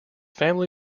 family